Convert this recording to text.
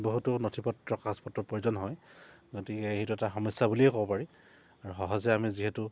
বহুতো নথি পত্ৰ কাগজপত্ৰৰ প্ৰয়োজন হয় গতিকে সেইটো এটা সমস্যা বুলিয়ে ক'ব পাৰি আৰু সহজে আমি যিহেতু